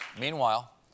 Meanwhile